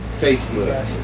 Facebook